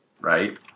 right